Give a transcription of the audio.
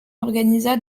organisa